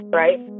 right